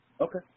Okay